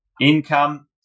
income